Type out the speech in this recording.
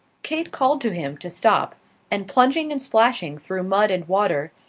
kate called to him to stop and plunging and splashing through mud and water,